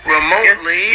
remotely